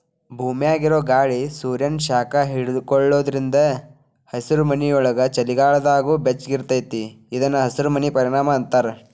ಭೂಮ್ಯಾಗಿರೊ ಗಾಳಿ ಸೂರ್ಯಾನ ಶಾಖ ಹಿಡ್ಕೊಳೋದ್ರಿಂದ ಹಸಿರುಮನಿಯೊಳಗ ಚಳಿಗಾಲದಾಗೂ ಬೆಚ್ಚಗಿರತೇತಿ ಇದನ್ನ ಹಸಿರಮನಿ ಪರಿಣಾಮ ಅಂತಾರ